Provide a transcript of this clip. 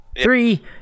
Three